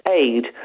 aid